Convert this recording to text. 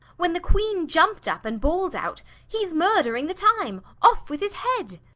when the queen jumped up and bawled out, he's murdering the time! off with his head!